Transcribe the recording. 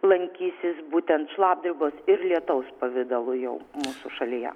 lankysis būtent šlapdribos ir lietaus pavidalu jau mūsų šalyje